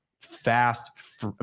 fast